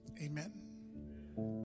Amen